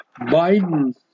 Biden